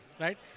right